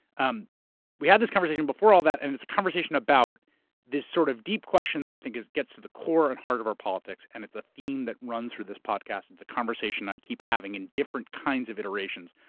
um we had this conversation before all that and it's a conversation about this sort of deep question that i think gets to the core and the heart of our politics and it's a theme that runs through this podcast. it's a conversation i keep having in different kinds of iterations.